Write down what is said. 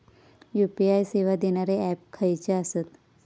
UPI सेवा देणारे app खयचे आसत?